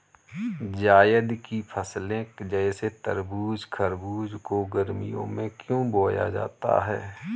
जायद की फसले जैसे तरबूज़ खरबूज को गर्मियों में क्यो बोया जाता है?